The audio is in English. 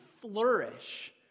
flourish